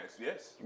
yes